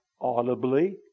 audibly